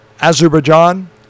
Azerbaijan